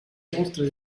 inoltre